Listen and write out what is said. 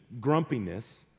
grumpiness